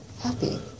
happy